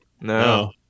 no